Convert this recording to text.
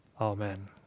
Amen